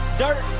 dirt